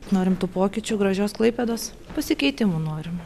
norim tų pokyčių gražios klaipėdos pasikeitimų norim